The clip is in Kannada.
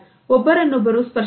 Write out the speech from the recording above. ಒಬ್ಬರನ್ನೊಬ್ಬರು ಸ್ಪರ್ಶಿಸುವುದಿಲ್ಲ